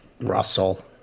Russell